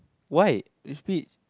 why you split